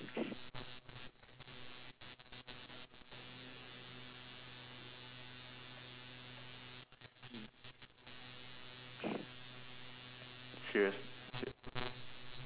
serious ser~